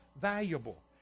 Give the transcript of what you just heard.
valuable